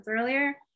earlier